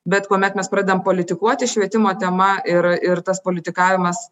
bet kuomet mes pradedam politikuoti švietimo tema ir ir tas politikavimas